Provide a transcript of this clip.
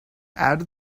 add